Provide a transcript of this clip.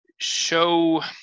show